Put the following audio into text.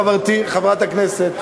חברתי חברת הכנסת.